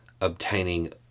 obtaining